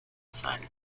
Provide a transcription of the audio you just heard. sei